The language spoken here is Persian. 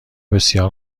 بسیار